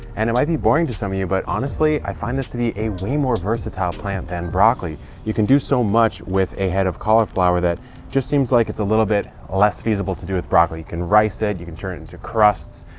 and it might be boring to some of you, but honestly, i find this to be a way more versatile plant than broccoli. you can do so much with a head of cauliflower that just seems like it's a little bit less feasible to do with broccoli. you can rice it. you can turn it into crusts.